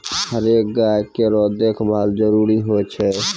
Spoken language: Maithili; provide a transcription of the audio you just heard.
हरेक गाय केरो देखभाल जरूरी होय छै